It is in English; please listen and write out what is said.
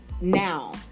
now